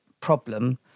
problem